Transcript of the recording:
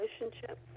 relationship